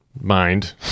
mind